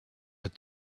had